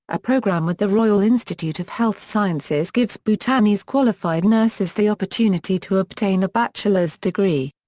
a program with the royal institute of health sciences gives bhutanese qualified nurses the opportunity to obtain a bachelor's degree.